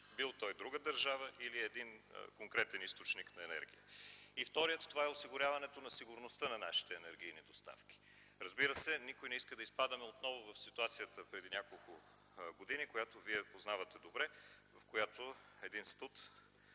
бил той друга държава или един конкретен източник на енергия. И вторият – това е осигуряването на сигурността на нашите енергийни доставки. Разбира се, никой не иска да изпадаме отново в ситуацията от преди няколко години, която Вие познавате добре, при която един студ